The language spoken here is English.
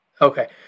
Okay